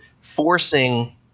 forcing